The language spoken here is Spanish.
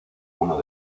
uno